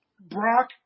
Brock